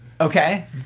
Okay